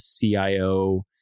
CIO